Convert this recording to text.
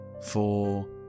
four